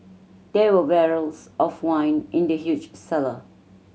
there were barrels of wine in the huge cellar